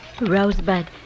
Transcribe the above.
Rosebud